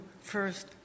first